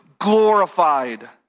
glorified